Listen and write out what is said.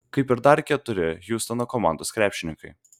kaip ir dar keturi hjustono komandos krepšininkai